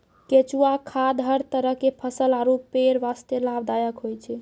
केंचुआ खाद हर तरह के फसल आरो पेड़ वास्तॅ लाभदायक होय छै